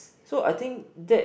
so I think that